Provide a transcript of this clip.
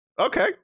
okay